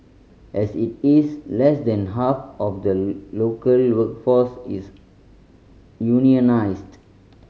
as it is less than half of the local workforce is unionised